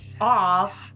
off